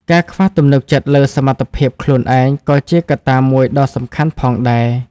ការខ្វះទំនុកចិត្តលើសមត្ថភាពខ្លួនឯងក៏ជាកត្តាមួយដ៏សំខាន់ផងដែរ។